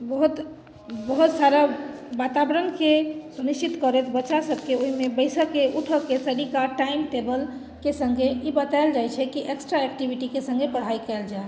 बहुत बहुत सारा वातावरणके सुनिश्चित करैत बच्चासभके ओहिमे बैसय के उठय के सलीका टाइम टेबलके सङ्गे ई बतायल जाइत छै कि एक्स्ट्रा एक्टिविटीके सङ्गे पढ़ाइ कयल जाय